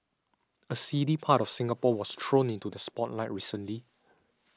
a seedy part of Singapore was thrown into the spotlight recently